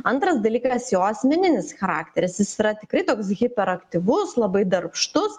antras dalykas jo asmeninis charakteris jis yra tikrai toks hiperaktyvus labai darbštus